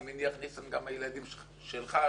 אני מניח ניסן שגם הילדים שלך,